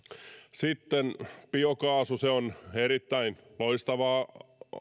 sitten biokaasu se on erittäin loistava